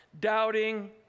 doubting